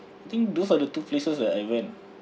I think those are the two places that I went